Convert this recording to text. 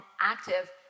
active